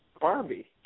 Barbie